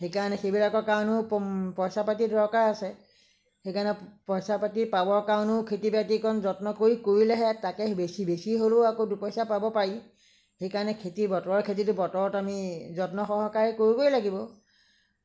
সেইকাৰণে সেইবিলাকৰ কাৰণেও পইচা পাতি দৰকাৰ আছে সেইকাৰণে পইচা পাতি পাবৰ কাৰণেও খেতি বাতিকণ যত্ন কৰি কৰিলেহে তাকে বেচি হ'লেও দুপইচা পাব পাৰি সেইকাৰণে খেতি বতৰৰ খেতিটো বতৰত আমি যত্ন সহকাৰে কৰিবই লাগিব